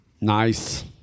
nice